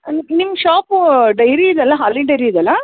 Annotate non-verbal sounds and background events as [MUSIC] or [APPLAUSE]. [UNINTELLIGIBLE] ನಿಮ್ಮ shop dairy ಇದೆಯಲ್ಲ ಹಾಲಿನ ಡೈರಿ ಇದೆಯಲ